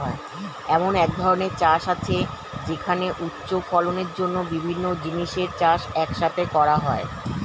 এমন এক ধরনের চাষ আছে যেখানে উচ্চ ফলনের জন্য বিভিন্ন জিনিসের চাষ এক সাথে করা হয়